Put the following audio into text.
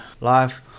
life